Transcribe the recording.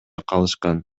калышкан